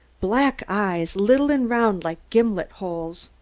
black eyes little an' round like gimlet holes.